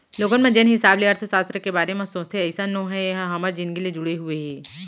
लोगन मन जेन हिसाब ले अर्थसास्त्र के बारे म सोचथे अइसन नो हय ए ह हमर जिनगी ले जुड़े हुए हे